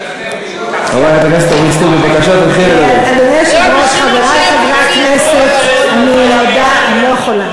חברת הכנסת, אני מנסה, אני לא יכולה,